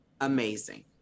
amazing